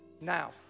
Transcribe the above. now